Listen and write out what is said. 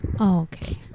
Okay